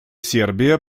сербия